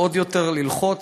עוד יותר ללחוץ,